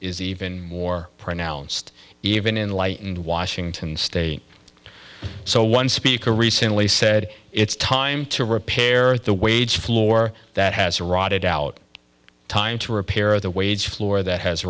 is even more pronounced even in light and washington state so one speaker recently said it's time to repair the wage floor that has rotted out time to repair the wage floor that has